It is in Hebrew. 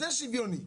זה שוויוני,